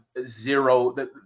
zero –